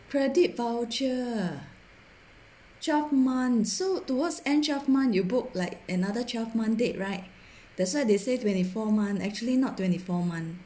credit voucher twelve months so towards end twelve months you book like another twelve month date right that's why they said twenty four months actually not twenty four [one]